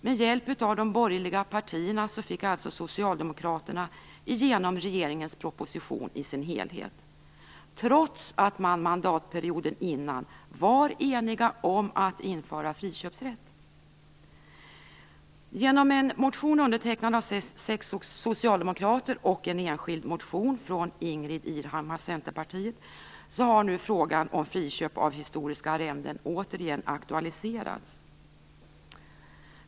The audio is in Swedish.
Med hjälp av de borgerliga partierna fick Socialdemokraterna igenom regeringens proposition i dess helhet, trots att man mandatperioden dessförinnan var enig om att införa friköpsrätt. Centerpartiet, har nu frågan om friköp av historiska arrenden återigen aktualiserats.